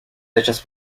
hechas